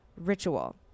Ritual